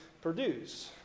produce